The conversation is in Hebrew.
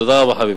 תודה רבה, חביבי.